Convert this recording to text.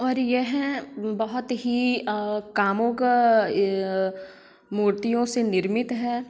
और यह बहुत ही कामुक मूर्तियों से निर्मित है